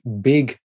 big